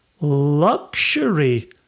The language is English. luxury